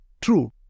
True